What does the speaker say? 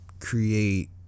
create